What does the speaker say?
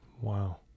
Wow